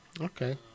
Okay